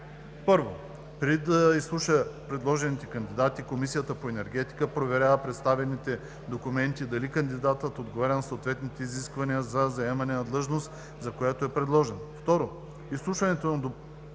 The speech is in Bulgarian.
Преди да изслуша предложените кандидати Комисията по енергетика проверява представените документи и дали кандидатът отговаря на съответните изисквания за заемане на длъжността, за която е предложен. 2. Изслушването на допуснатите